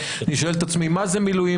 אני שואל את עצמי, מה זה מילואימניק?